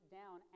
down